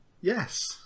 Yes